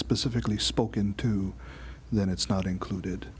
specifically spoken to and then it's not included